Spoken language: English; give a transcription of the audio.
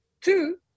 two